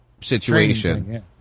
situation